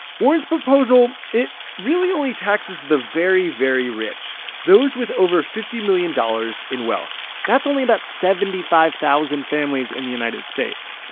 warren's proposal, it really only taxes the very, very rich those with over fifty million dollars in wealth that's only about seventy five thousand families in the united states.